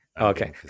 Okay